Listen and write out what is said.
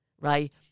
right